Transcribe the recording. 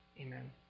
Amen